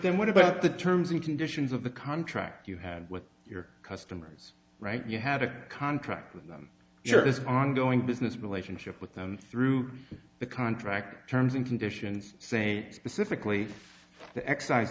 them what about the terms and conditions of the contract you have with your customers right you had a contract with them your isp ongoing business relationship with them through the contract terms and conditions st specifically the